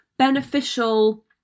beneficial